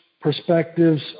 perspectives